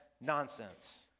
nonsense